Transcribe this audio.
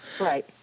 Right